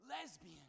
lesbian